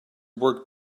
work